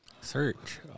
Search